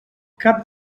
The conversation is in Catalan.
cap